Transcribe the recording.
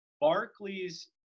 Barclays